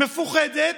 מפוחדת,